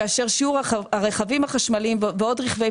כאשר שיעור הרכבים החשמליים ועוד רכבי